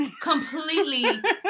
completely